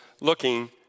looking